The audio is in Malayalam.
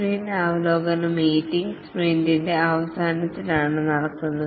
സ്പ്രിന്റ് അവലോകന മീറ്റിംഗ് സ്പ്രിന്റിന്റെ അവസാനത്തിലാണ് നടത്തുന്നത്